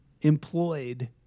employed